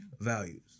values